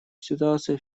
ситуация